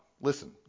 listen